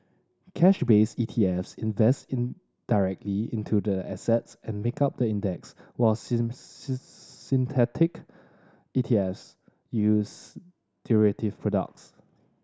cash based E T Fs invest directly into the assets and make up the index while synthetic E T Fs use derivative products